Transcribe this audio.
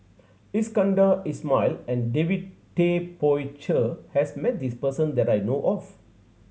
Iskandar Ismail and David Tay Poey Cher has met this person that I know of